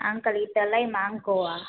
uncle हीअ त इलाही महांगो आहे